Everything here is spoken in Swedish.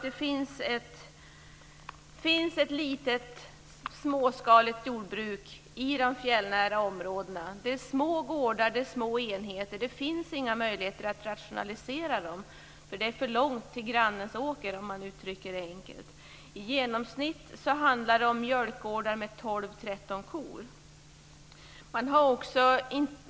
Det finns ett litet småskaligt jordbruk i de fjällnära områdena. Det är små gårdar, små enheter. Det finns inga möjligheter att rationalisera detta bruk, för det är för långt till grannens åker, för att uttrycka det enkelt. I genomsnitt handlar det om mjölkgårdar med tolv tretton kor.